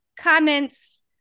comments